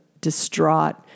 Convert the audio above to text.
distraught